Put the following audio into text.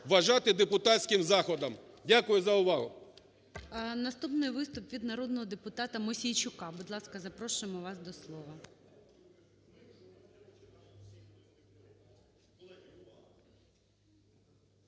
вважати депутатським запитом. Дякую за увагу. ГОЛОВУЮЧИЙ. Наступний виступ від народного депутата Мосійчука. Будь ласка, запрошуємо вас до слова.